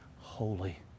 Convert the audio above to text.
holy